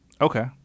Okay